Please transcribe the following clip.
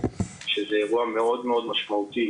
שזה אירוע מאוד מאוד משמעותי